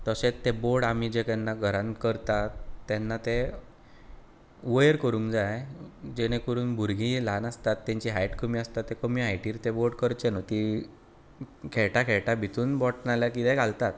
तशेंच ते बोर्ड आमी जे केन्ना घरान करतात तेन्ना ते वयर करूंक जाय जेणे करून भुरगीं ल्हान आसतात तेंची हायट कमी आसता ते कमी हायटीर ते बोर्ड करचेना की खेळटा खेळटा भितून बोट नाल्या कितेंय घालतात